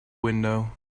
window